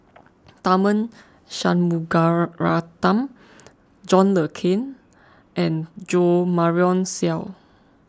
Tharman Shanmugaratnam John Le Cain and Jo Marion Seow